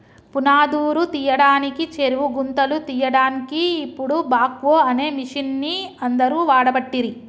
పునాదురు తీయడానికి చెరువు గుంతలు తీయడాన్కి ఇపుడు బాక్వో అనే మిషిన్ని అందరు వాడబట్టిరి